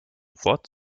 wort